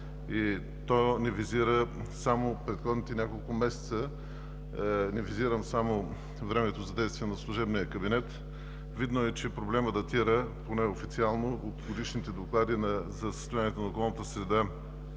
и не визира само предходните няколко месеца, ни визирам само времето за действие на служебния кабинет. Видно е, че проблемът датира, поне официално, от годишните доклади за състоянието на околната среда